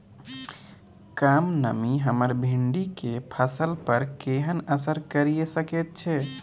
कम नमी हमर भिंडी के फसल पर केहन असर करिये सकेत छै?